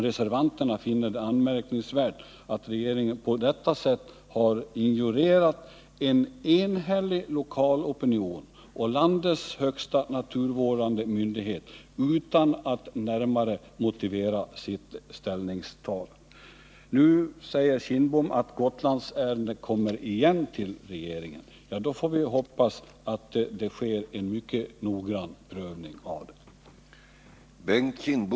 Reservanterna finner det anmärkningsvärt att regeringen på detta sätt har ignorerat en enhällig lokal opinion och landets högsta naturvårdande myndighet utan att närmare motivera sitt ställningstagande. Nu säger herr Kindbom att Gotlandsärendet kommer igen till regeringen. Ja, då får vi hoppas att det sker en mycket noggrann prövning av det då.